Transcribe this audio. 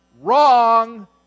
wrong